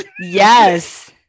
yes